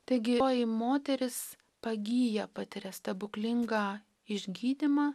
taigi oji moteris pagyja patiria stebuklingą išgydymą